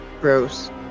Gross